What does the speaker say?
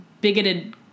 bigoted